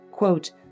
quote